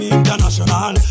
international